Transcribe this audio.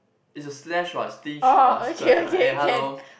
is a slash what stinge or splurge ah eh hello